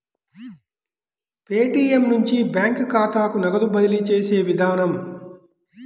Paytm నుంచి bank ఖాతాకు నగదు బదిలీ చేసే విధానం